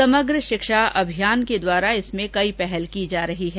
समग्र शिक्षा अभियान के द्वारा इसमें कई पहल की जा रही है